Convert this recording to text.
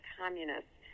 communists